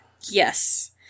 Yes